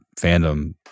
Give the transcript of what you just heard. fandom